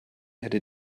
hätte